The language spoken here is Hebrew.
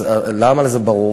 אז למה זה ברור?